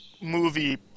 movie